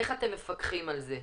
איך אתם מפקחים על זה.